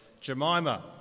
Jemima